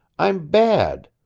i'm bad.